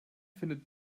findet